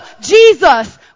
Jesus